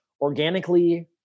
organically